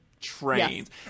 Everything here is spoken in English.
trains